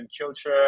culture